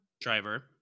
driver